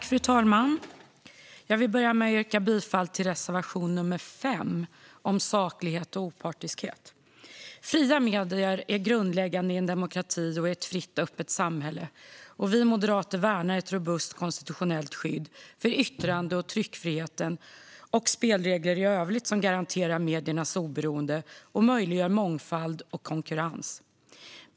Fru talman! Jag vill börja med att yrka bifall till reservation 5 om saklighet och opartiskhet. Fria medier är grundläggande i en demokrati och i ett fritt och öppet samhälle. Vi moderater värnar ett robust konstitutionellt skydd för yttrande och tryckfriheten och spelregler i övrigt som garanterar mediernas oberoende och möjliggör mångfald och konkurrens.